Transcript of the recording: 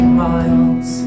miles